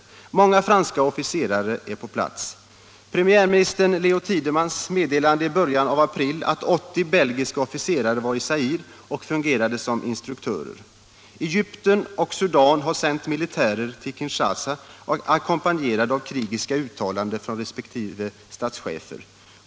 Många franska officerare är på plats. Premiärminister Leo Tindemans meddelade i början av april att 80 belgiska officerare vär i Zaire och ”fungerade som instruktörer”. Egypten och Sudan har sänt militärer till Kinshasa, ackompanjerade av krigiska uttalanden från resp. statschefer.